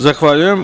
Zahvaljujem.